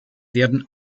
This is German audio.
werden